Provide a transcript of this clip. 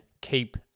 keep